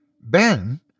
Ben